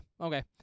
Okay